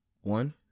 one